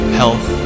health